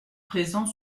présent